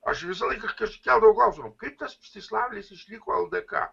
aš visą laiką keldavau klausimą kaip tas mstislavlis išliko ldk